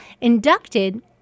inducted